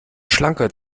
schlanker